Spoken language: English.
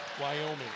Wyoming